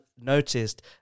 noticed